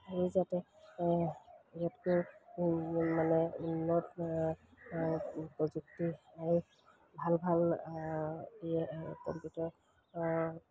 আমি যাতে ইয়াতকৈ মানে উন্নত প্ৰযুক্তি আৰু ভাল ভাল কম্পিউটাৰ